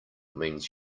means